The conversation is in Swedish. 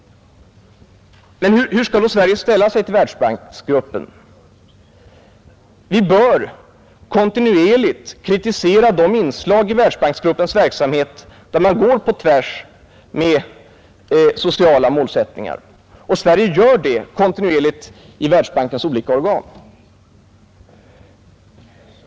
Hur skall då Sverige ställa sig till Världsbanksgruppen? Vi bör kontinuerligt kritisera de inslag i Världsbanksgruppens verksamhet, där man går på tvärs mot sociala målsättningar. Sverige framför en sådan kritik i Världsbankens olika organ.